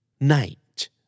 night